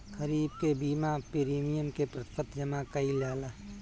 खरीफ के बीमा प्रमिएम क प्रतिशत जमा कयील जाला?